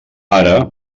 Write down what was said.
ara